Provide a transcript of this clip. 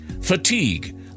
Fatigue